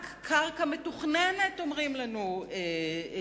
רק קרקע מתוכננת אומרים לנו שתשווק,